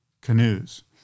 canoes